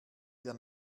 der